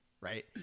Right